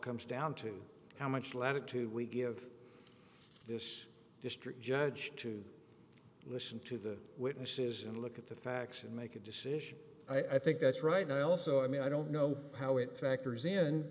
comes down to how much latitude we give this district judge to listen to the witnesses and look at the facts and make a decision i think that's right i also i mean i don't know how it factors in